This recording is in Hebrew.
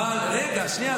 רגע, שנייה.